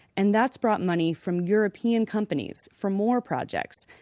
and that's brought money from european companies for more projects.